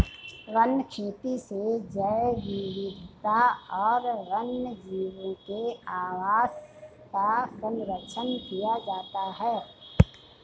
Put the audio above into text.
one खेती से जैव विविधता और वन्यजीवों के आवास का सरंक्षण किया जाता है